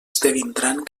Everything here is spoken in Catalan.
esdevindran